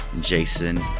Jason